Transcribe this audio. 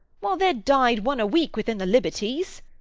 while there died one a week within the liberties.